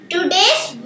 Today's